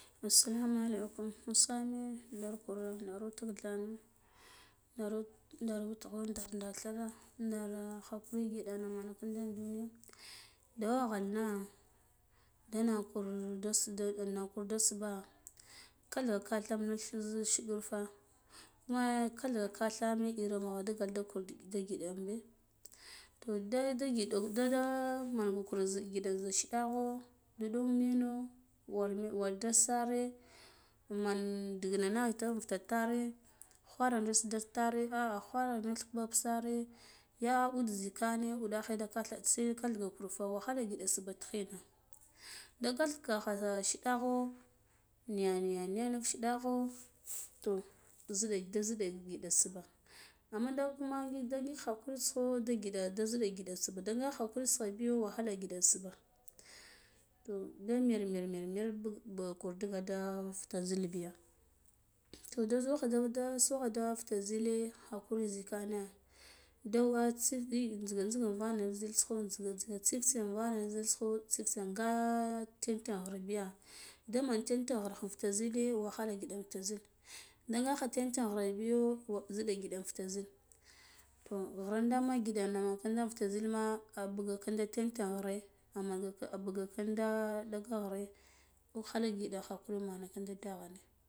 Assalamu alaikum usame ndar kure ndar witgha tikthana ndar ndar ndathana ndara khakuri siɗena mana ƙinda duniya duwaghanna de na kur da sule da nakur da subha kathga kath tham zun na shiɗur fa na kathga kathame iri mugha nda giɗa imbe toh da da gida nda uɗa da mana kure zik giɗa in shiɗigo da ɗu bind nev mene war ded sare men ndir ghina na fita tare khware deda das tare khawara nag babagare ya udzikane wuɗikhu da katha se kathgakur fa warkhala ghiɗa subha tiyhina da kathgakha shiɗa ho niya niya niya nuf shidikho toh zida da ziɗa subha amman da kuma da ngik da ngik khakurita kho da ziɗa ngiɗa subha nda nga hakurita kha biyo wahakta ngiɗa subha toh da mile mile mil bakur digada fita zil biya to da zo ghe de suka da fita zile hakuri zikane da tai jzigan jzigan vana zilta kho tsif ta ya vana zilta kho tsiftsiya nga tantan ghre biya daman tanten ghre fata zile wahala fita zil nde ngakhe tenten ghne biyo ziɗa giɗa fut zil toh grindama ngiɗene ƙindaf ta zila ma abuga khinda tenten ghre ananga abuƙinda ghre uk khala ngiɗa kha kulmana ƙinda daghana